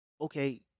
Okay